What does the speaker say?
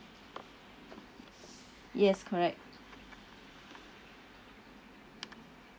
yes correct